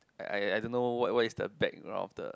I I I don't know what what is the background of the